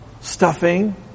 stuffing